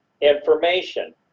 information